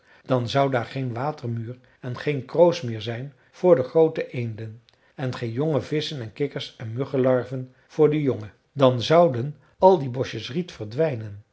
dan zou daar geen watermuur en geen kroos meer zijn voor de groote eenden en geen jonge visschen en kikkers en muggelarven voor de jonge dan zouden al die bosjes riet verdwijnen